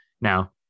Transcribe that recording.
Now